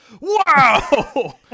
wow